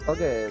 Okay